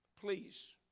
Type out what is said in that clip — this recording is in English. please